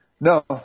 No